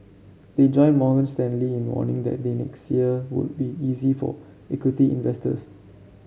they join Morgan Stanley in warning that the next year would be easy for equity investors